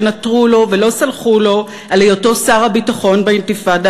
שנטרו לו ולא סלחו לו על היותו שר הביטחון באינתיפאדה